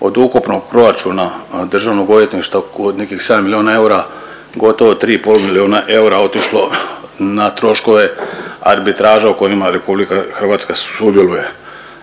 od ukupnog proračuna državnog odvjetništva od nekih 7 milijuna eura gotovo 3,5 milijuna eura otišlo na troškove arbitraže u kojima RH sudjeluje.